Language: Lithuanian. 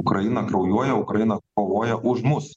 ukraina kraujuoja ukraina kovoja už mus